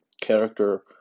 character